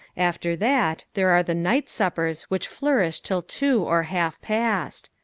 after that there are the night suppers which flourish till two or half past.